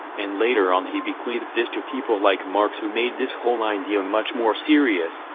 and later on he bequeathed this to people like marx who made this whole idea much more serious,